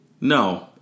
No